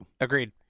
Agreed